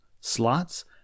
Slots